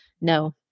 no